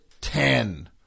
Ten